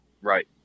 Right